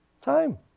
Time